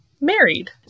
married